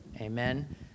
Amen